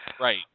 Right